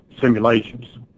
simulations